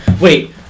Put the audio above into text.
wait